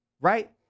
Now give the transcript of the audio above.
Right